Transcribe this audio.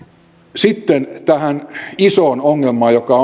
sitten tähän isoon ongelmaan joka